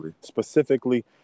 specifically